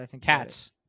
Cats